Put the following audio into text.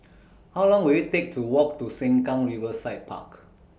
How Long Will IT Take to Walk to Sengkang Riverside Park